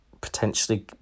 potentially